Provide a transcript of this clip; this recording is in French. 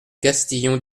castillon